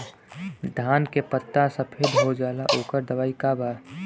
धान के पत्ता सफेद हो जाला ओकर दवाई का बा?